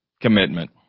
commitment